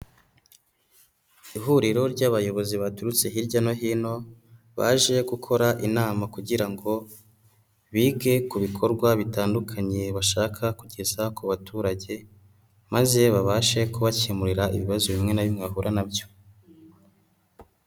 Ihuriro ry'abayobozi baturutse hirya no hino, baje gukora inama kugira ngo bige ku bikorwa bitandukanye bashaka kugeza ku baturage maze babashe kubakemurira ibibazo bimwe na bimwe bahura na byo.